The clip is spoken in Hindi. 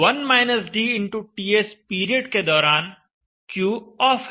TS पीरियड के दौरान Q ऑफ है